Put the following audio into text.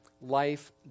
life